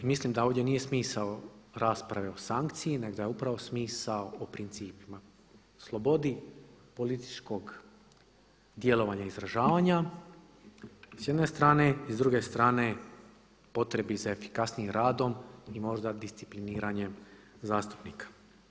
I mislim da ovdje nije smisao rasprave o sankciji nego da je upravo smisao o principima, slobodi političkog djelovanja i izražavanja s jedne strane i s druge strane potrebi za efikasnijim radom i možda discipliniranjem zastupnika.